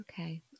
okay